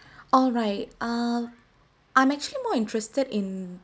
alright err I'm actually more interested in